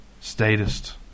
statist